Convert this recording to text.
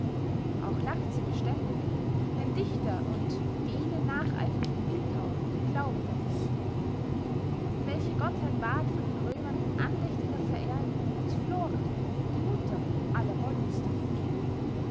auch lacht sie beständig wenn dichter und die ihnen nacheifernden bildhauer glauben verdienen welche gottheit ward von den römern andächtiger verehrt als flora die mutter aller wollüste